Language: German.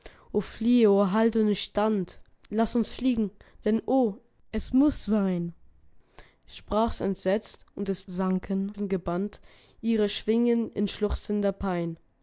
o halte nicht stand laß uns fliegen denn o es muß sein sprach's entsetzt und es sanken gebannt ihre schwingen in schluchzender pein